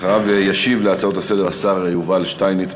אחריו ישיב על ההצעות לסדר-היום השר יובל שטייניץ,